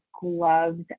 gloves